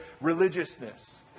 religiousness